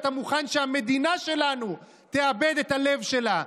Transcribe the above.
אתה מוכן שהמדינה שלנו תאבד את הלב שלה,